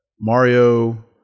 Mario